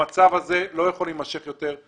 המצב הזה לא יכול להימשך יותר.